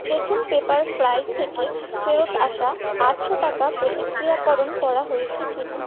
দেখুন পেপারফ্রাই থেকে ফেরত আসা আটশো টাকা প্রতিক্রিয়াকরণ করা হয়েছে কি না